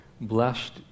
Blessed